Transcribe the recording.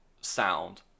sound